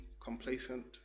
complacent